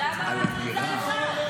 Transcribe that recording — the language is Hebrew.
למה רק לצד אחד?